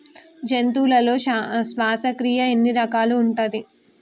జంతువులలో శ్వాసక్రియ ఎన్ని రకాలు ఉంటది?